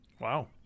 wow